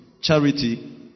charity